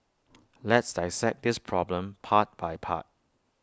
let's dissect this problem part by part